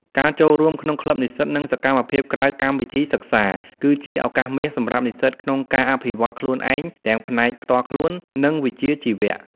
ការចូលរួមក្នុងក្លឹបនិស្សិត និងសកម្មភាពក្រៅកម្មវិធីសិក្សា គឺជាឱកាសមាសសម្រាប់និស្សិតក្នុងការអភិវឌ្ឍន៍ខ្លួនឯងទាំងផ្នែកផ្ទាល់ខ្លួន និងវិជ្ជាជីវៈ។